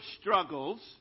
struggles